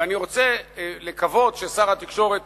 ואני רוצה לקוות ששר התקשורת